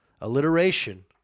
alliteration